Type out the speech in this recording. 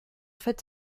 fait